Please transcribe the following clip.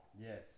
Yes